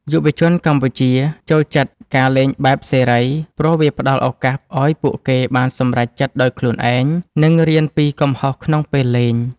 យុវជនកម្ពុជាចូលចិត្តការលេងបែបសេរី ព្រោះវាផ្ដល់ឱកាសឱ្យពួកគេបានសម្រេចចិត្តដោយខ្លួនឯង និងរៀនពីកំហុសក្នុងពេលលេង។